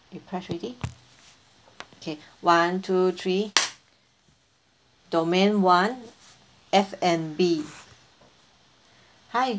you press already okay one two three domain one F&B hi